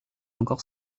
encore